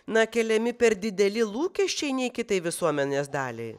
na keliami per dideli lūkesčiai nei kitai visuomenės daliai